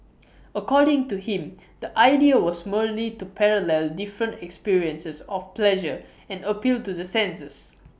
according to him the idea was merely to parallel different experiences of pleasure and appeal to the senses